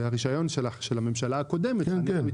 זה הרישיון של הממשלה הקודמת.